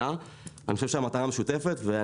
נשב אחר כך ונראה איך אפשר לשפר את זה.